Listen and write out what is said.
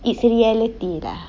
it's a reality lah